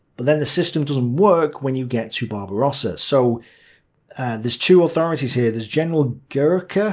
but then the system doesn't work when you get to barbarossa, so there's two authorities here. there's general gercke